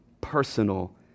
personal